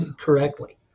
correctly